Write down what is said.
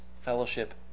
fellowship